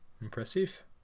impressive